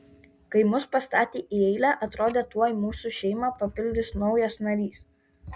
kai mus pastatė į eilę atrodė tuoj mūsų šeimą papildys naujas narys